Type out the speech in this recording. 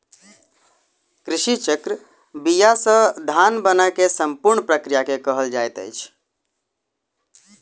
कृषि चक्र बीया से धान बनै के संपूर्ण प्रक्रिया के कहल जाइत अछि